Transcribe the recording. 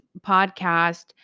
podcast